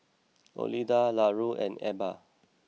Olinda Larue and Ebba